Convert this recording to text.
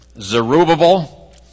Zerubbabel